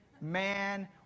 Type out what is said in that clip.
man